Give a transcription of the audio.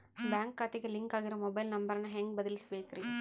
Bank ಖಾತೆಗೆ link ಆಗಿರೋ mobile number ನ ಹೆಂಗ್ ಬದಲಿಸಬೇಕ್ರಿ?